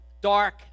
dark